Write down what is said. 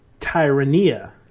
Tyrania